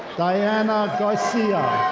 dianna garcia.